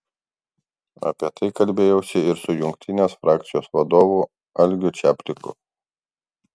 apie tai kalbėjausi ir su jungtinės frakcijos vadovu algiu čapliku